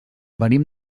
venim